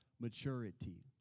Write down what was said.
maturity